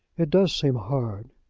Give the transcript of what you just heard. it does seem hard.